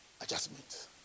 Adjustment